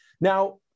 Now